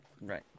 Right